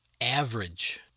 average